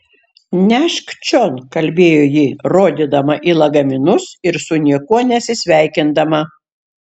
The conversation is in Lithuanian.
nešk čion kalbėjo ji rodydama į lagaminus ir su niekuo nesisveikindama